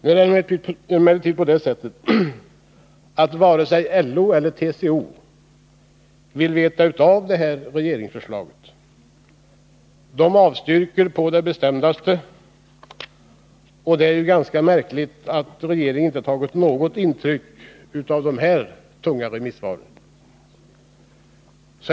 Nu är det emellertid på det sättet att varken LO eller TCO vill veta av det här regeringsförslaget. De avstyrker på det bestämdaste. Det är ju ganska märkligt att regeringen inte tagit något intryck utav de här tunga remissvaren.